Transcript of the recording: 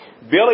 Billy